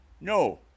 No